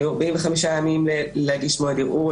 היו 45 ימים להגיש מועד ערעור.